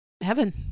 heaven